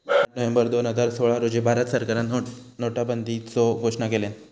आठ नोव्हेंबर दोन हजार सोळा रोजी भारत सरकारान नोटाबंदीचो घोषणा केल्यान